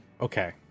Okay